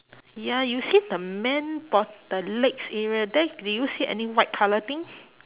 ya you see the man bot~ the legs area there do you see any white colour thing